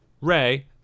Ray